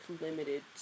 limited